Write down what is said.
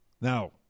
Now